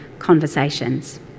conversations